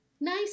Nice